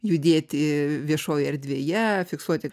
judėti viešoj erdvėje fiksuoti